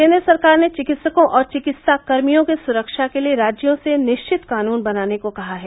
केन्द्र सरकार ने चिकित्सकों और चिकित्साकर्मियों के सुरक्षा के लिए राज्यों से निश्चित कानून बनाने को कहा है